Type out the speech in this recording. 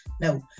no